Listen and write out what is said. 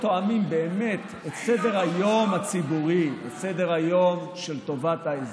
אדוני סגן יושב-ראש הכנסת איתן